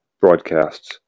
broadcasts